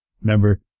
Remember